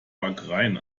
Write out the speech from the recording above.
wagrain